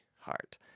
heart